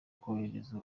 korohereza